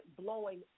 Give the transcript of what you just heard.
blowing